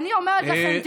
אני אומרת לכם,